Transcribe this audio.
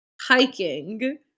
hiking